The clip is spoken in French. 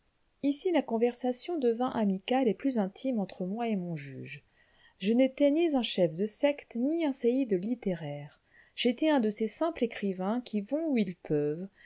ici la conversation devint amicale et plus intime entre moi et mon juge je n'étais ni un chef de secte ni un séïde littéraire j'étais un de ces simples écrivains qui vont où ils peuvent